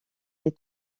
les